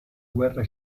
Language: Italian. guerra